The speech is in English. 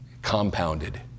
compounded